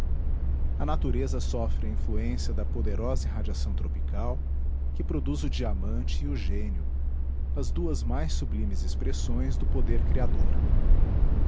a natureza sofre a influência da poderosa irradiação tropical que produz o diamante e o gênio as duas mais sublimes expressões do poder criador